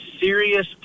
serious